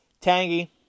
Tangy